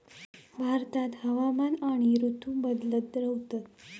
भारतात हवामान आणि ऋतू बदलत रव्हतत